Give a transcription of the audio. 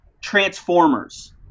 Transformers